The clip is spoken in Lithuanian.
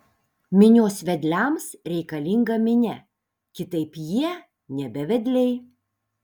minios vedliams reikalinga minia kitaip jie nebe vedliai